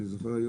אני זוכר,